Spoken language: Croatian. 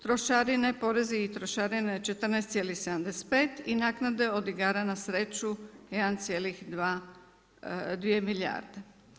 Trošarine, porezi i trošarine 14,75 i naknade od igara na sreću 1,2 milijarde.